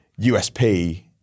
usp